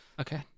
Okay